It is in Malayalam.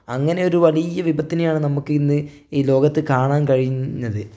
അങ്ങനെയൊരു വലിയ വിപത്തിനെയാണ് നമുക്ക് ഇന്ന് ഈ ലോകത്ത് കാണാൻ കഴിഞ്ഞത്